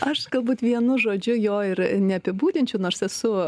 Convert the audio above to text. aš galbūt vienu žodžiu jo ir neapibūdinčiau nors esu